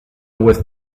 was